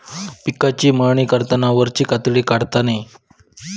पिकाची मळणी करताना वरची कातडी काढता नये